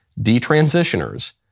detransitioners